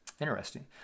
Interesting